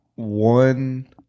One